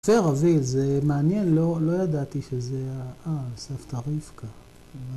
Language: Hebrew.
תראה רביד, זה מעניין, ‫לא ידעתי שזה היה... ‫אה, סבתא רבקה.